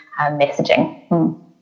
messaging